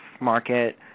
market